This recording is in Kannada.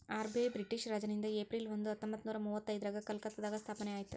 ಆರ್.ಬಿ.ಐ ಬ್ರಿಟಿಷ್ ರಾಜನಿಂದ ಏಪ್ರಿಲ್ ಒಂದ ಹತ್ತೊಂಬತ್ತನೂರ ಮುವತ್ತೈದ್ರಾಗ ಕಲ್ಕತ್ತಾದಾಗ ಸ್ಥಾಪನೆ ಆಯ್ತ್